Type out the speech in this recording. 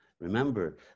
Remember